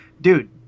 Dude